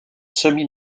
semi